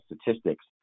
statistics